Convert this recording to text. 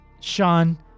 sean